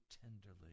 tenderly